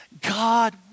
God